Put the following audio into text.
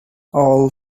all